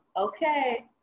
okay